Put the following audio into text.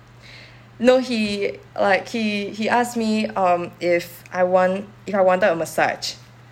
no he like he he asked me um if I want I wanted a massage